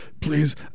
please